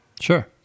Sure